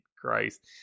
Christ